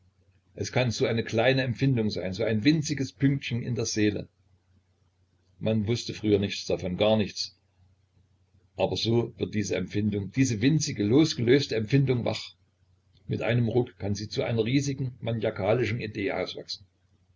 es kann so eine kleine empfindung sein so ein winziges pünktchen in der seele man wußte früher nichts davon gar nichts aber so wird diese empfindung diese winzige losgelöste empfindung wach mit einem ruck kann sie zu einer riesigen maniakalischen idee auswachsen